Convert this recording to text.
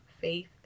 faith